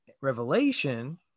Revelation